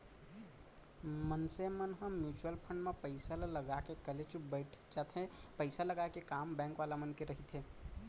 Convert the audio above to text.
मनसे मन ह म्युचुअल फंड म पइसा ल लगा के कलेचुप बइठ जाथे पइसा लगाय के काम बेंक वाले मन के रहिथे